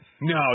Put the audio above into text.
No